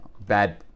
bad